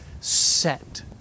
set